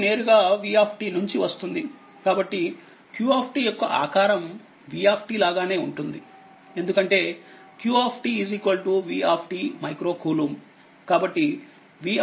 q నేరుగా v నుంచి వస్తుంది కాబట్టి q యొక్క ఆకారం v లాగానే ఉంటుంది ఎందుకంటేq v మైక్రో కూలుంబ్